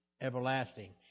everlasting